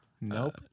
Nope